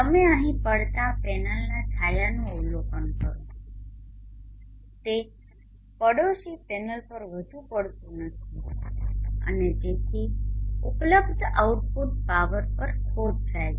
તમે અહી પડતા આ પેનલના છાયાનુ અવલોકન કરો તે પડોશી પેનલ પર વધુ પડતું નથી અને તેથી ઉપલબ્ધ આઉટપુટ પાવર પર ખોટ જાય છે